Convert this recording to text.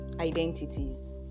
identities